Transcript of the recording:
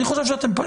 אני חושב שאתם,